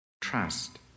trust